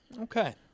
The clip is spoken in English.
Okay